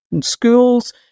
schools